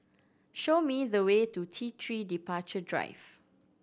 show me the way to T Three Departure Drive